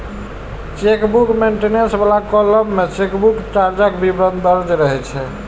chequebook maintenance बला column मे chequebook चार्जक विवरण दर्ज रहै छै